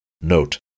Note